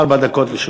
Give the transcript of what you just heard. ארבע דקות לרשותך.